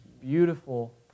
beautiful